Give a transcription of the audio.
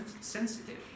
sensitive